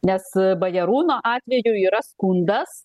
nes bajarūno atveju yra skundas